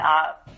up